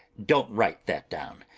don't write that down.